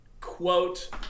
quote